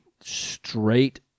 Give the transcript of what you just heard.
straight